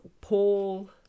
Paul